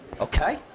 Okay